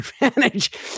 advantage